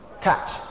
catch